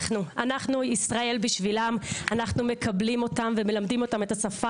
אנחנו כל החיים